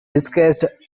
discussed